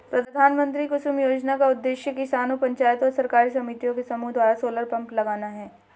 प्रधानमंत्री कुसुम योजना का उद्देश्य किसानों पंचायतों और सरकारी समितियों के समूह द्वारा सोलर पंप लगाना है